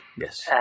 Yes